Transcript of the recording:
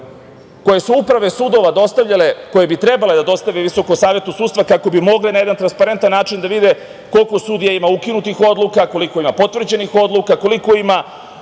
koje su uprave sudova dostavljale, koje bi trebalo da dostavljaju Visokom savetu sudstva kako bi mogli na jedan transparentan način da vide koliko sudija ima ukinutih odluka, koliko ne potvrđenih odluka, koliko ima